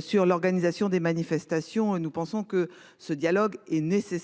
sur l'organisation des manifestations et nous pensons que ce dialogue est nécessaire.